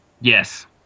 Yes